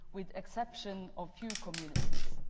with exception of few communities.